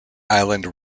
island